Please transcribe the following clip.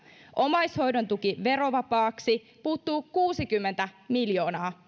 omaishoidon tuki verovapaaksi perussuomalaisten esityksestä puuttuu kuusikymmentä miljoonaa